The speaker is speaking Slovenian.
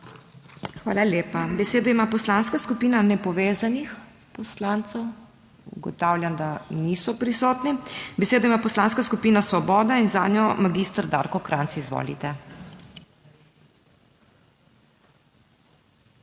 Hvala lepa. Besedo ima Poslanska skupina Nepovezanih poslancev... Ugotavljam, da niso prisotni. Besedo ima Poslanska skupina Svoboda in zanjo magister Darko Krajnc, izvolite.